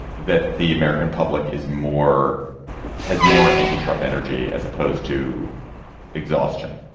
that the american public is more has more anti-trump energy as opposed to exhaustion?